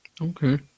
Okay